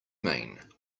mean